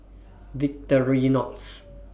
Victorinox